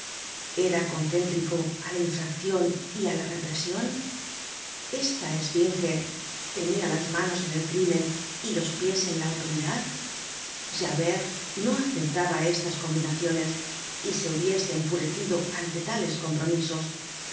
era concéntrico á la infraccion y á la represion esta esfinge tenia las manos en el crímen y los pies en la autoridad javert no aceptaba estas combinaciones y se hubiese enfurecido ante tales compromisos